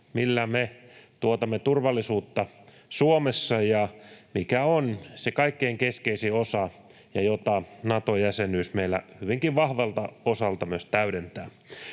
millä me tuotamme turvallisuutta Suomessa, joka on se kaikkein keskeisin osa ja jota Nato-jäsenyys meillä hyvinkin vahvalta osalta myös täydentää.